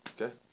okay